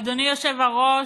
אדוני היושב-ראש,